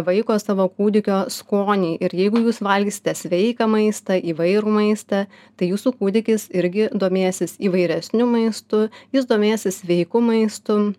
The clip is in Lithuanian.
vaiko savo kūdikio skonį ir jeigu jūs valgysite sveiką maistą įvairų maistą tai jūsų kūdikis irgi domėsis įvairesniu maistu jis domėsis sveiku maistu